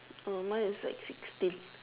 uh mine is like sixteen